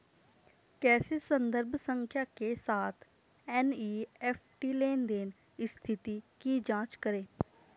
कैसे संदर्भ संख्या के साथ एन.ई.एफ.टी लेनदेन स्थिति की जांच करें?